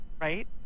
right